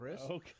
okay